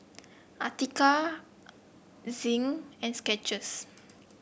Atira Zinc and Skechers